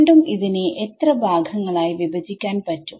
വീണ്ടും ഇതിനെ എത്ര ഭാഗങ്ങളായി വിഭജിക്കാൻ പറ്റും